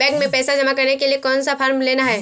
Bank में पैसा जमा करने के लिए कौन सा फॉर्म लेना है?